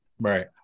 Right